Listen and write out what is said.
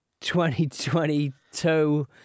2022